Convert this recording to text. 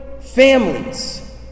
families